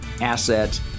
asset